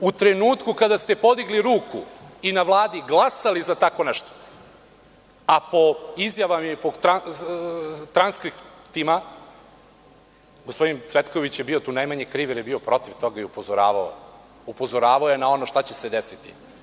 U trenutku kada ste podigli ruku i na Vladi glasali za tako nešto, a po izjavama i transkriptima gospodin Cvetković je bio tu najmanje kriv, jer je bio protiv toga i upozoravao je na ono što će se desiti.